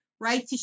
Right